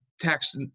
tax